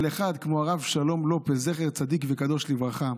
על אחד כמו הרב שלום לופס, זכר צדיק וקדוש לברכה,